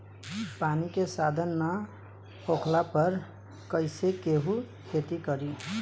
पानी के साधन ना होखला पर कईसे केहू खेती करी